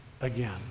again